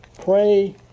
pray